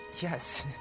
yes